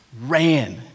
ran